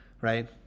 right